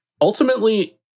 ultimately